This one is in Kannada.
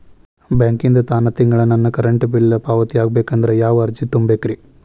ಬ್ಯಾಂಕಿಂದ ತಾನ ತಿಂಗಳಾ ನನ್ನ ಕರೆಂಟ್ ಬಿಲ್ ಪಾವತಿ ಆಗ್ಬೇಕಂದ್ರ ಯಾವ ಅರ್ಜಿ ತುಂಬೇಕ್ರಿ?